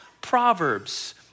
proverbs